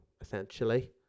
essentially